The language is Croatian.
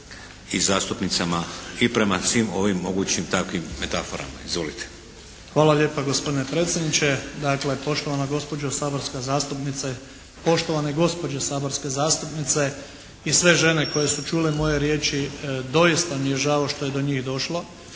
i zastupnicama i prema svim ovim mogućim takvim metaforama. Izvolite. **Polančec, Damir (HDZ)** Hvala lijepa gospodine predsjedniče. Dakle, poštovana gospođo saborska zastupnice, poštovane gospođe saborske zastupnice i sve žene koje su čule moje riječi doista mi je žao što je do njih došlo.